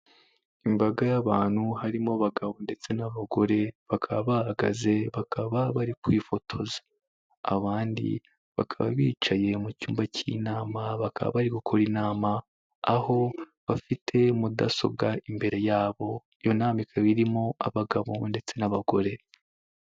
Imbaga y'abantu harimo abagabo ndetse n'abagore, bakaba bahagaze, bakaba bari kwifotoza, abandi bakaba bicaye mu cyumba cy'inama, bakaba bari gukora inama, aho bafite mudasobwa imbere yabo, iyo nama ikaba irimo abagabo ndetse n'abagore.